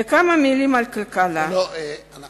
וכמה מלים על כלכלה, לא, לא.